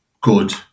good